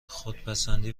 خودپسندی